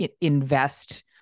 invest